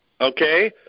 okay